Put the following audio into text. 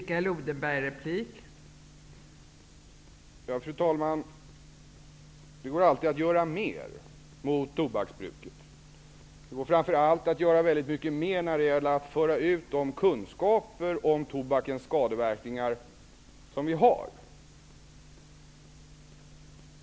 Fru talman! Det går alltid att göra mer mot tobaksbruket. Det går framför allt att göra mer när det gäller att föra ut de kunskaper om tobakens skadeverkningar som vi har.